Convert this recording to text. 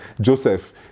Joseph